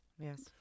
yes